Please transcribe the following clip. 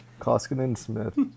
Koskinen-Smith